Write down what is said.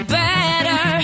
better